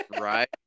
right